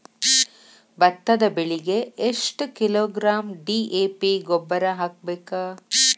ಭತ್ತದ ಬೆಳಿಗೆ ಎಷ್ಟ ಕಿಲೋಗ್ರಾಂ ಡಿ.ಎ.ಪಿ ಗೊಬ್ಬರ ಹಾಕ್ಬೇಕ?